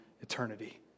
eternity